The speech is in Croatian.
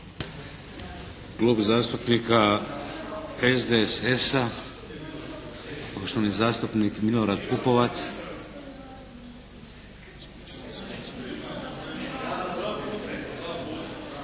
Klub zastupnika SDSS-a poštovani zastupnik Milorad Pupovac.